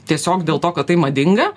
tiesiog dėl to kad tai madinga